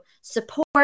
support